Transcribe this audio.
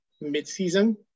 mid-season